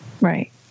Right